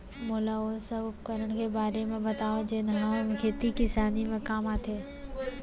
मोला ओ सब उपकरण के बारे म बतावव जेन ह खेती किसानी म काम आथे?